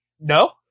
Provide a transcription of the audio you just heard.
No